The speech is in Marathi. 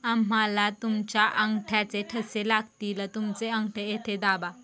आम्हाला तुमच्या अंगठ्याचे ठसे लागतील तुमचे अंगठे येथे दाबा